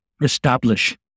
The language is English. establish